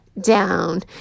Down